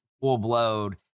full-blown